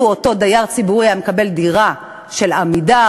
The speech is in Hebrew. אותו דייר ציבורי היה מקבל דירה של "עמידר",